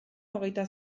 hogeita